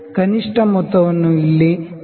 ಕನಿಷ್ಠ ಮೊತ್ತವನ್ನು ಇಲ್ಲಿ 0